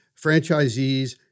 franchisees